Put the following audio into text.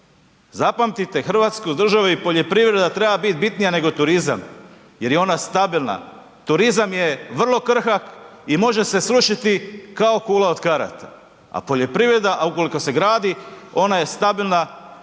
zapamtite, hrvatska država i poljoprivreda treba biti bitnija nego turizam jer je ona stabilna. Turizam je vrlo krhak i može se srušiti kao kula od karata, a poljoprivreda, ukoliko se gradi, ona je stabilna,